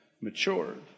matured